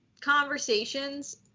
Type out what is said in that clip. conversations